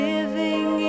Living